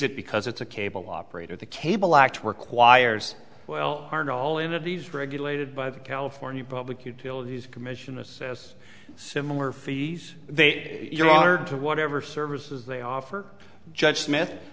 it because it's a cable operator the cable act requires well aren't all in of these regulated by the california public utilities commission assess similar fees they you are to whatever services they offer judge smith